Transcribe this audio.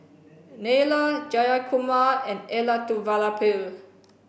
Neila Jayakumar and Elattuvalapil